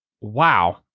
wow